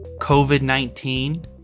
COVID-19